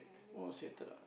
orh see later ah